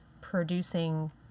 producing